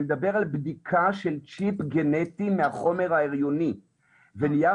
אני מדבר על בדיקה של צ'יפ גנטי מהחומר ההריוני ונייר